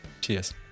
Cheers